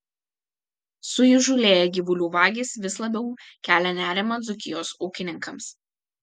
suįžūlėję gyvulių vagys vis labiau kelia nerimą dzūkijos ūkininkams